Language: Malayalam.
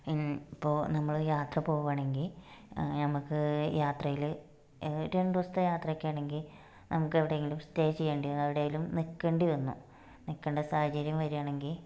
എന് ഇപ്പോൾ നമ്മൾ യാത്ര പോവുവാണെങ്കിൽ നമുക്ക് യാത്രയിൽ രണ്ട് ദിവസത്തെ യാത്രയൊക്കെ ആണെങ്കില് നമുക്ക് എവിടെയെങ്കിലും സ്റ്റേ ചെയ്യേണ്ടി വന്നാല് എവിടെയെങ്കിലും നിൽക്കേണ്ടി വന്നു നിൽക്കേണ്ട സാഹചര്യം വരുവാണെങ്കിൽ